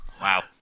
wow